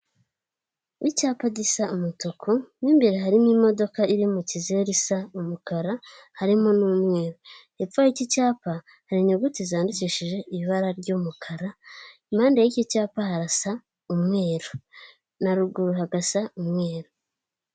Icyapa gisa umutuku, mo imbere harimo imodoka iri mu kizeru isa umukara, harimo n'umweru. Hepfo y'iki cyapa, hari inyuguti zandikishije ibara ry'umukara, impande y'iki cyapa harasa umweru na ruguru hagasa umweru